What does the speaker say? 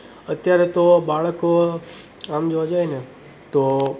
અત્યારે તો બાળકો આમ જોવા જઈએ ને તો